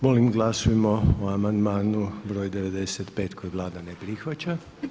Molim glasujmo o amandmanu broj 95. koji Vlada ne prihvaća.